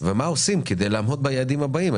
ומה עושים כדי לעמוד ביעדים הבאים.